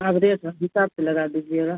आप रेट थोड़ा हिसाब से लगा दीजिएगा